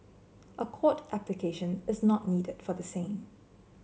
a court application is not needed for the same